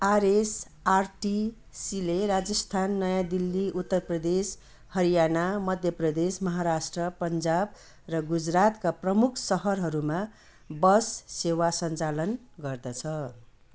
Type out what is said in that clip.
आरएसआरटिसीले राजस्थान नयाँ दिल्ली उत्तर प्रदेश हरियाणा मध्य प्रदेस महाराष्ट्र पन्जाब र गुजरातका प्रमुख सहरहरूमा बस सेवा सन्चालन गर्दछ